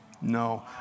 No